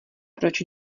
proč